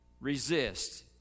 resist